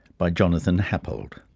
by jonathan happold.